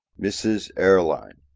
mrs. erlynne!